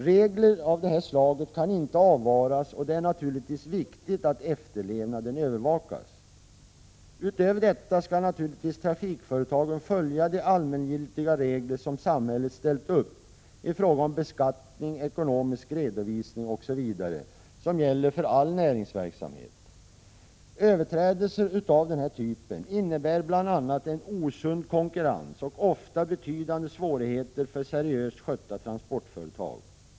Regler av detta slag kan inte avvaras, och det är naturligtvis viktigt att efterlevnaden övervakas. Utöver detta skall naturligtvis trafikföretagen följa de allmänna regler samhället ställt upp i fråga om beskattning, ekonomisk redovisning osv. som gäller för all näringsverksamhet. Överträdelser av den här typen innebär bl.a. en osund konkurrens och ofta betydande svårigheter för seriöst skötta transportföretag.